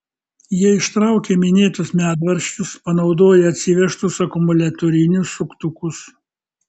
jie ištraukė minėtus medvaržčius panaudoję atsivežtus akumuliatorinius suktukus